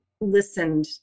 listened